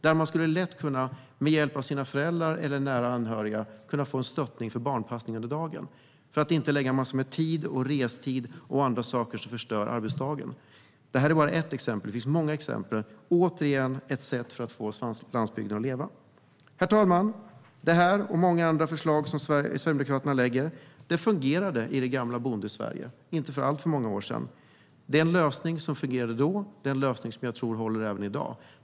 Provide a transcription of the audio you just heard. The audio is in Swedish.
Där skulle man lätt, med hjälp av föräldrar eller nära anhöriga, få en stöttning för barnpassning under dagen, så att man inte behöver lägga ned massor med restid och annat som förstör arbetsdagen. Detta är bara ett exempel av många. Återigen är det ett sätt att få landsbygden att leva. Herr talman! Detta och mycket annat som Sverigedemokraterna lägger förslag om fungerade i det gamla Bondesverige för inte alltför många år sedan. Det är en lösning som jag tror håller även i dag.